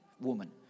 woman